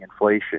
inflation